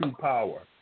power